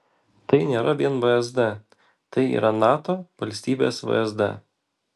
tai nėra vien vsd tai yra nato valstybės vsd